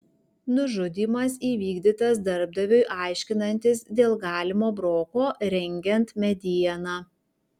nužudymas įvykdytas darbdaviui aiškinantis dėl galimo broko rengiant medieną